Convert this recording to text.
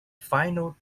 final